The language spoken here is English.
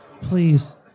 Please